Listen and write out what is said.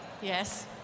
Yes